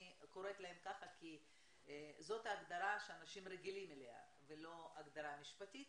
אני קוראת להם ככה כי זאת ההגדרה שאנשים רגילים אליה ולא הגדרה משפטית,